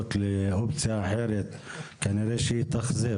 חליפות לאופציה אחרת, כנראה שיתאכזב.